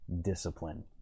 discipline